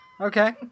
Okay